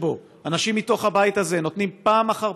שאנשים מתוך הבית הזה נותנים פעם אחר